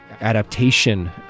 adaptation